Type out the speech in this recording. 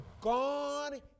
God